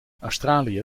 australië